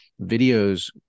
videos